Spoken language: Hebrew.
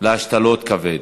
להשתלות כבד.